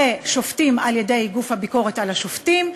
ושופטים על-ידי גוף הביקורת על השופטים,